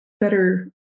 better